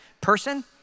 person